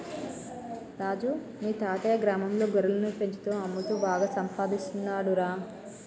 రాజు మీ తాతయ్యా గ్రామంలో గొర్రెలను పెంచుతూ అమ్ముతూ బాగా సంపాదిస్తున్నాడురా